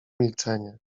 milczenie